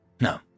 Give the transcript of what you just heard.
No